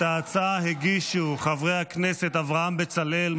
את ההצעה הגישו חברי הכנסת אברהם בצלאל,